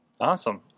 Awesome